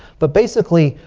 but basically,